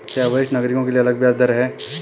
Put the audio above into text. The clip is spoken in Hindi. क्या वरिष्ठ नागरिकों के लिए अलग ब्याज दर है?